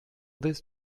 this